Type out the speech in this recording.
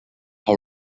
how